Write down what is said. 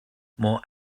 more